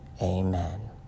amen